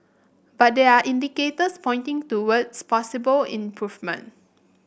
but there are indicators pointing towards possible improvement